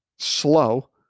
Slow